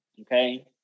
Okay